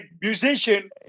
musician